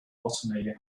botany